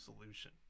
solution